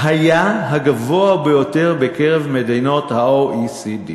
היה הגבוה ביותר בקרב מדינות ה-OECD.